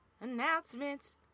announcements